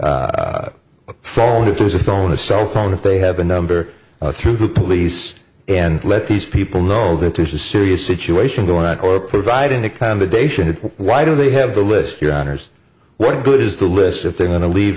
by phone it was a phone a cell phone if they have a number through the police and let these people know that there's a serious situation going on or provide an accommodation why do they have to list your honour's what good is the list if they're going to leave